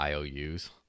IOUs